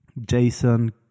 Jason